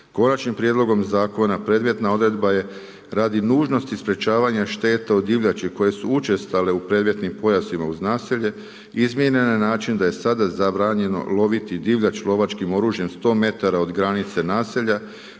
konačnim prijedlogom zakona, predmetna odredba je radi nužnosti sprječavanja šteta od divljači koje su učestale u predmetnim pojasima uz naselje izmijenjena je na način da je sada zabranjeno loviti divljač lovačkim oružjem 100 m od granice naselja